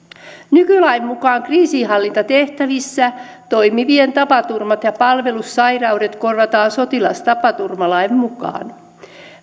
nykylain mukaan kriisinhallintatehtävissä toimivien tapaturmat ja palvelussairaudet korvataan sotilastapaturmalain mukaan